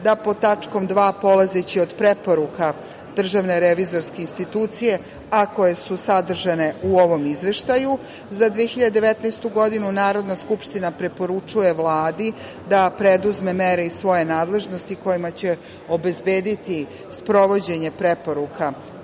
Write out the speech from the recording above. da pod tačkom 2, polazeći od preporuka DRI, a koje su sadržane u ovom izveštaju za 2019. godinu, Narodna skupština preporučuje Vladi da preduzme mere iz svoje nadležnosti kojima će obezbediti sprovođenje preporuka